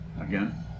Again